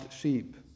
sheep